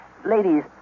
Ladies